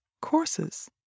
courses